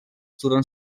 turons